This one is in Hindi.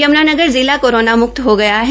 यमुनानगर जिला कोरोना मुक्त हो गया है